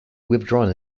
withdrawn